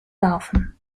laufen